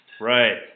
Right